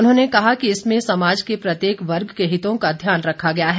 उन्होंने कहा कि इसमें समाज के प्रत्येक वर्ग के हितों का ध्यान रखा गया है